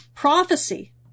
Prophecy